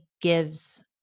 gives